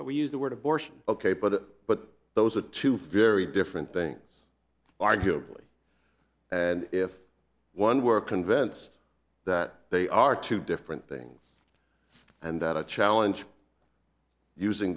but we use the word abortion ok but but those are two ferry different things arguably and if one were convinced that they are two different things and that a challenge using